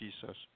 Jesus